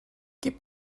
gib